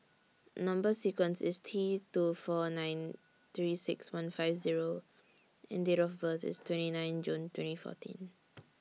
Number sequence IS T two four nine three six one five Zero and Date of birth IS twenty nine June twenty fourteen